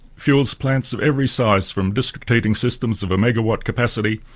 fuel plants of every size from district heating systems of a megawatt capacity,